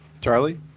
Charlie